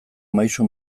maisu